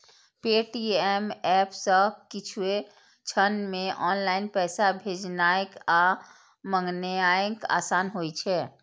Paytm app सं किछुए क्षण मे ऑनलाइन पैसा भेजनाय आ मंगेनाय आसान होइ छै